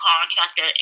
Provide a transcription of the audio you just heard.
contractor